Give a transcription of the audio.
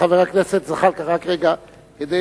חבר הכנסת זחאלקה, כדי